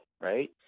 right